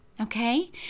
okay